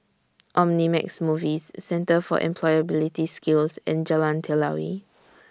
Omnimax Movies Centre For Employability Skills and Jalan Telawi